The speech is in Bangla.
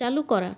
চালু করা